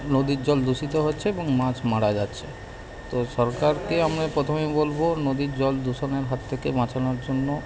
নদীর জল দূষিত হচ্ছে এবং মাছ মারা যাচ্ছে তো সরকারকে আমি প্রথমেই বলবো নদীর জল দূষণের হাত থেকে বাঁচানোর জন্য